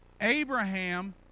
Abraham